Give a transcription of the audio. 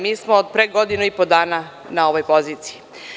Mi smo od pre godinu i po dana na ovoj poziciji.